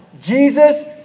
Jesus